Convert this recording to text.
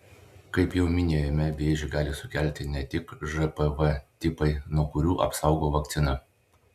kaip jau minėjome vėžį gali sukelti ne tik žpv tipai nuo kurių apsaugo vakcina